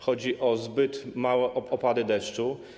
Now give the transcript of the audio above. Chodzi o zbyt małe opady deszczu.